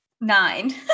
Nine